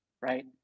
right